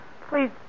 please